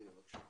הינה, בבקשה.